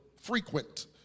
frequent